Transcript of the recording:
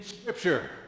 Scripture